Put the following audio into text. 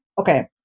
okay